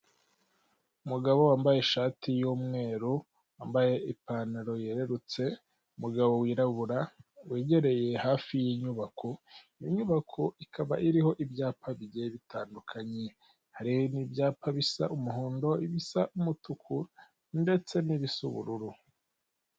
Umugabo wambaye ishati y'umweru wambaye ipantaro yerurutse, umugabo wirabura wegereye hafi y'inyubako, inyubako ikaba iriho ibyapa bigenda bitandukanye hari n'ibyapa bisa umuhondo ibisa umutuku ndetse n'ibisa ubururu.